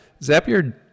Zapier